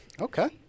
Okay